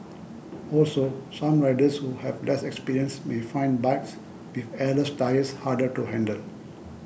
also some riders who have less experience may find bikes with airless tyres harder to handle